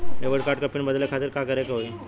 Debit card क PIN बदले खातिर का करेके होई?